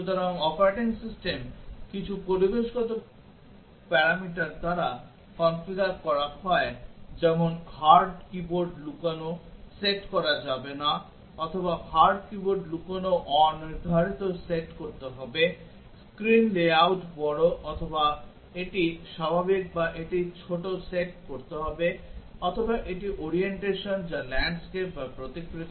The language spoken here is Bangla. সুতরাং অপারেটিং সিস্টেম কিছু পরিবেশগত প্যারামিটার দ্বারা কনফিগার করা হয় যেমন হার্ড কীবোর্ড লুকানো সেট করা যাবে না অথবা হার্ড কীবোর্ড লুকানো অনির্ধারিত সেট করতে হবে স্ক্রিন লেআউট বড় অথবা এটি স্বাভাবিক বা এটি ছোট সেট করতে হবে অথবা এটি ওরিয়েন্টেশন যা ল্যান্ডস্কেপ বা প্রতিকৃতি